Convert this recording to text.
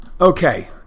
Okay